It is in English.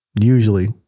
usually